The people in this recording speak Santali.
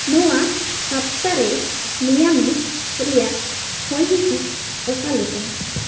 ᱱᱚᱣᱟ ᱦᱟᱯᱛᱟ ᱨᱮ ᱢᱤᱭᱟᱢᱤ ᱨᱮᱭᱟᱜ ᱦᱚᱭ ᱦᱤᱸᱥᱤᱫ ᱚᱠᱟ ᱞᱮᱠᱟ